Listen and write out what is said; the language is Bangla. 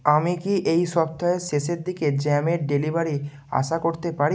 আমি কি এই সপ্তাহের শেষের দিকে জ্যামের ডেলিভারি আশা করতে পারি